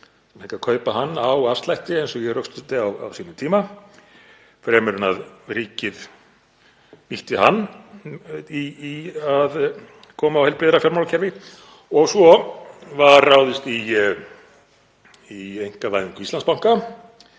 að kaupa hann á afslætti eins og ég rökstuddi á sínum tíma fremur en að ríkið nýtti hann í að koma á heilbrigðara fjármálakerfi. Svo var ráðist í einkavæðingu Íslandsbanka